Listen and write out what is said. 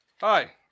Hi